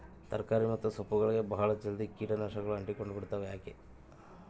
ತರಕಾರಿ ಮತ್ತು ಸೊಪ್ಪುಗಳಗೆ ಬಹಳ ಜಲ್ದಿ ಕೇಟ ನಾಶಕಗಳು ಅಂಟಿಕೊಂಡ ಬಿಡ್ತವಾ ಯಾಕೆ?